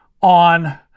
on